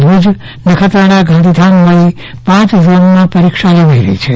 ભુજ નખત્રાણા ગાંધીધામ મળી પાંચ ઝોનમાં પરીક્ષા લેવાઈ રહી છે